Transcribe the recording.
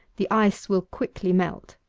the ice will quickly melt.